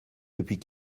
depuis